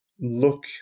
look